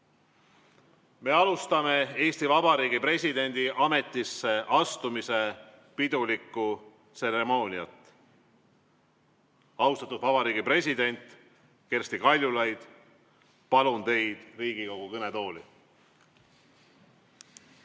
Me alustame Eesti Vabariigi presidendi ametisse astumise pidulikku tseremooniat. Austatud Eesti Vabariigi president Kersti Kaljulaid, palun teid Riigikogu kõnetooli!